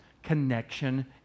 connection